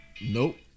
Nope